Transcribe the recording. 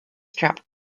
strapped